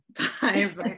times